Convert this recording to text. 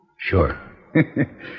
sure